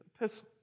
epistle